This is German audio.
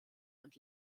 und